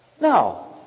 Now